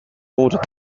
border